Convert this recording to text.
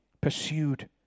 pursued